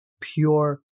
pure